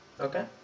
okay